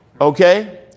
Okay